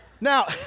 now